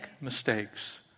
mistakes